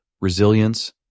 resilience